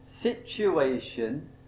situation